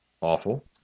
Awful